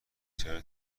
چاره